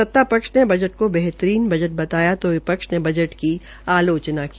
सता पक्ष ने बजट को बेहतरीन बजट बताया तो विपक्ष ने बजट की आलोचना की